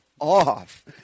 off